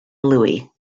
louie